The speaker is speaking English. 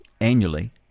annually